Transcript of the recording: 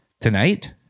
Tonight